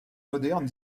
moderne